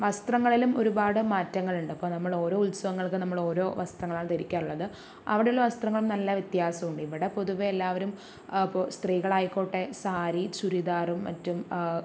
വസ്ത്രങ്ങളിലും ഒരുപാട് മാറ്റങ്ങളുണ്ട് ഇപ്പോൾ നമ്മൾ ഓരോ ഉത്സവങ്ങൾക്കും നമ്മൾ ഓരോ വസ്ത്രങ്ങളാണ് ധരിക്കാറുള്ളത് അവിടെയുള്ള വസ്ത്രങ്ങളും നല്ല വ്യത്യാസമുണ്ട് ഇവിടെ പൊതുവേ എല്ലാവരും ഇപ്പോൾ സ്ത്രീകൾ ആയിക്കോട്ടെ സാരി ചുരിദാറും മറ്റും